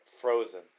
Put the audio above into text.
frozen